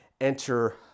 enter